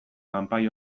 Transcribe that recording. kanpai